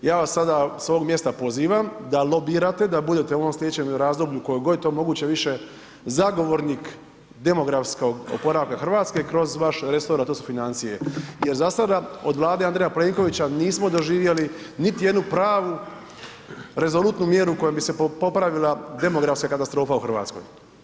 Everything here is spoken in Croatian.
Ja vas sada s ovog mjesta pozivam da lobirate, da budete u ovom sljedećem razdoblju koliko je god je to moguće više zagovornik demografskog oporavka Hrvatske kroz vaš resor, a to su financije jer za sada od Vlade Andreja Plenkovića nismo doživjeli niti jednu pravu rezolutnu mjeru kojom bi se popravila demografska katastrofa u Hrvatskoj.